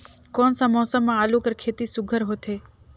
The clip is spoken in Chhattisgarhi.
कोन सा मौसम म आलू कर खेती सुघ्घर होथे?